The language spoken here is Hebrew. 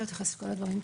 לא אתייחס לכל הדברים,